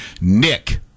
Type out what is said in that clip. Nick